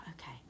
okay